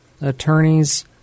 Attorneys